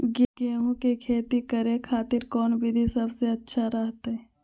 गेहूं के खेती करे खातिर कौन विधि सबसे अच्छा रहतय?